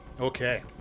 Okay